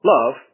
Love